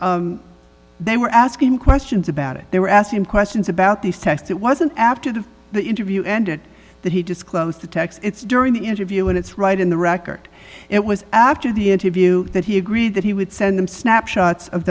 and they were asking questions about it they were asking questions about these text it wasn't after the interview ended that he disclosed the text it's during the interview and it's right in the record it was after the interview that he agreed that he would send them snapshots of